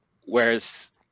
Whereas